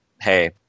hey